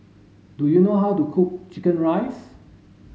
do you know how to cook chicken rice